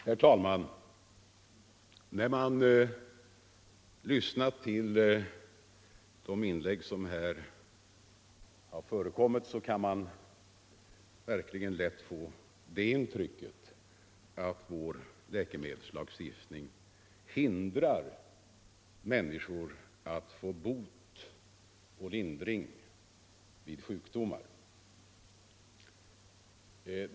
Herr talman! När man lyssnar till inläggen i denna debatt kan man få intrycket att vår läkemedelslagstiftning hindrar människor att få bot och lindring vid sjukdomar.